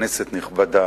כנסת נכבדה,